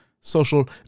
social